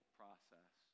process